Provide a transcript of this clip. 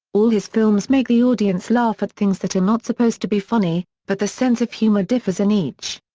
all his films make the audience laugh at things that are not supposed to be funny, but the sense of humor differs in each.